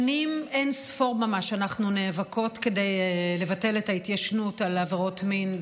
שנים אין-ספור ממש אנחנו נאבקות כדי לבטל את ההתיישנות על עבירות מין,